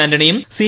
ആന്റണിയും C